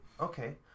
Okay